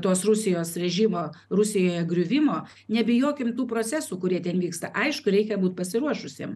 tos rusijos režimo rusijoj griuvimo nebijokim tų procesų kurie ten vyksta aišku reikia būt pasiruošusiem